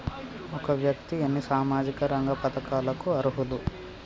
ఒక వ్యక్తి ఎన్ని సామాజిక రంగ పథకాలకు అర్హులు?